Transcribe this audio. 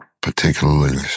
particularly